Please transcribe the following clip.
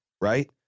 right